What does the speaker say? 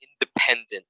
independent